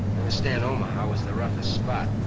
understand omaha was the roughest spot.